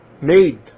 made